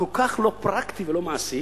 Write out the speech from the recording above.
כל כך לא פרקטי ולא מעשי.